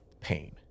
pain